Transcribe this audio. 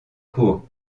cours